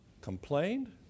complained